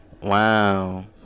Wow